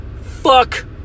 Fuck